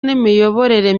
n’imiyoborere